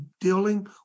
dealing